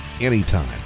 anytime